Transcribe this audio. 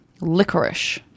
licorice